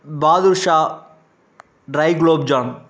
பாதுஷா try gulab jamun